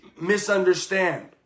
misunderstand